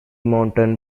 mountain